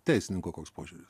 teisininko koks požiūris